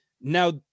Now